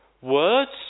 words